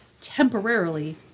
temporarily